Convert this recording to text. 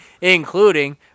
including